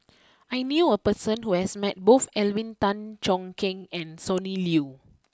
I knew a person who has met both Alvin Tan Cheong Kheng and Sonny Liew